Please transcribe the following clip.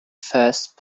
first